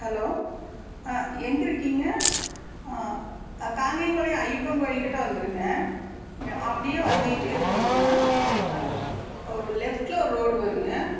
hello எங்கே இருக்கீங்க காங்கயம்பாளையம் ஐயப்பன் கோயில்கிட்டே வந்துடுங்க இங்கே அப்படியே வந்துக்கிட்டே இருந்தீங்கனால் ஒரு லெஃப்டில் ஒரு ரோடு வருங்க